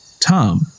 Tom